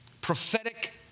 Prophetic